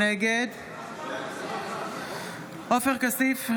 נגד עופר כסיף,